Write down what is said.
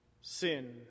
sin